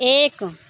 एक